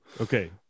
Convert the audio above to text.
Okay